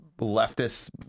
leftist